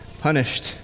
punished